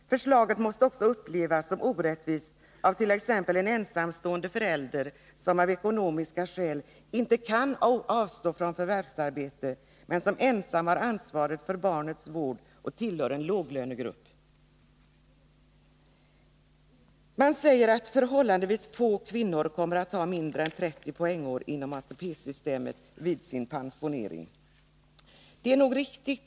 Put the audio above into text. Förslaget måste också upplevas som orättvist av t.ex. en ensamstående förälder som av ekonomiska skäl inte kan avstå från förvärvsarbete men som ensam har ansvaret för barnets vård och tillhör en låglönegrupp. Man säger att förhållandevis få kvinnor kommer att ha mindre än 30 poängår inom ATP-systemet vid sin pensionering. Det är riktigt.